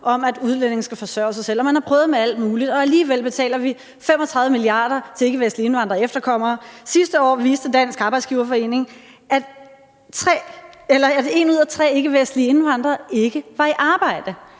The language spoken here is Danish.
om, at udlændinge skal forsørge sig selv, og man har prøvet med alt muligt, og alligevel betaler vi 35 mia. kr. til ikkevestlige indvandrere og efterkommere. Sidste år viste Dansk Arbejdsgiverforening, at en ud af tre ikkevestlige indvandrere ikke var i arbejde.